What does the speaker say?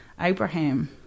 Abraham